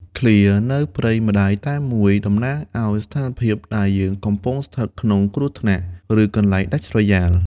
ឃ្លា «នៅព្រៃម្ដាយតែមួយ» តំណាងឱ្យស្ថានភាពដែលយើងកំពុងស្ថិតក្នុងគ្រោះថ្នាក់ ឬកន្លែងដាច់ស្រយាល។